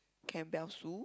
Campbells soup